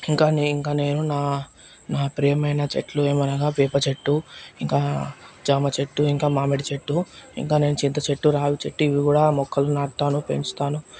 ఇంకా నే ఇంకా నేను నా నా ప్రియమైన చెట్లు ఏమనగా వేప చెట్టు ఇంకా జామ చెట్టు ఇంకా మామిడి చెట్టు ఇంకా నేను చింత చెట్టు రావి చెట్టు ఇవి కూడా మొక్కలు నాటుతాను పెంచుతాను